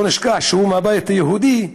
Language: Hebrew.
לא נשכח שהוא מהבית היהודי,